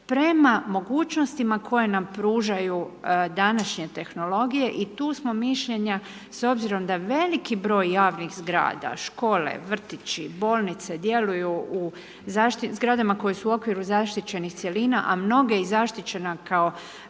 prema mogućnostima koje nam pružaju današnje tehnologije. I tu smo mišljenja s obzirom da veliki broj javnih zgrada, škole, vrtići, bolnice djeluju u zgradama koje su u okviru zaštićenih cjelina a mnoge i zaštićena kao